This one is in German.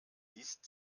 liest